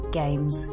games